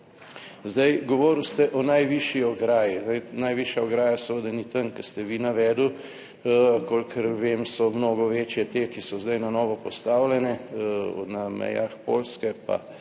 Sedaj govoril ste o najvišji ograji. Najvišja ograja seveda ni tam, ko ste vi navedel. Kolikor vem, so mnogo večje te, ki so zdaj na novo postavljene na mejah Poljske pa,